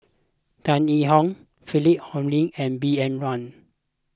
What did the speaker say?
Tan Yee Hong Philip Hoalim and B N Rao